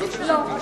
לא.